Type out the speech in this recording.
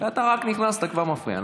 אתה רק נכנסת וכבר מפריע.